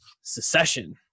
Secession